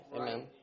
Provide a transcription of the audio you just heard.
Amen